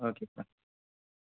okay sir